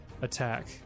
Attack